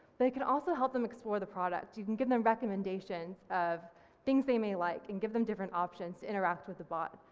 they can also help them explore the product. you can give them recommendations of things they may like and give them different options to interact with the bot.